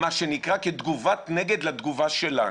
מה שנקרא כתגובת נגד לתגובה שלנו.